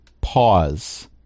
pause